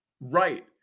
Right